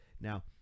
Now